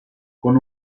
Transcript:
con